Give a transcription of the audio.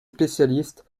spécialistes